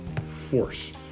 force